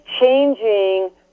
changing